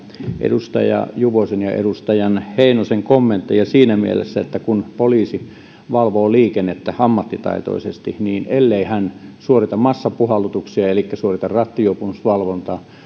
edustaja juvosen ja edustaja heinosen kommentteja siinä mielessä että kun poliisi valvoo liikennettä ammattitaitoisesti ellei hän suorita massapuhallutuksia elikkä suorita rattijuopumusvalvontaa